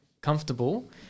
comfortable